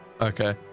Okay